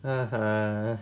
(uh huh)